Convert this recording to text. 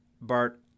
Bart